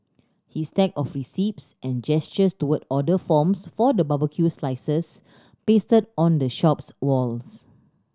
his stack of receipts and gestures toward order forms for the barbecued slices pasted on the shop's walls